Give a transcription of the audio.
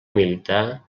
militar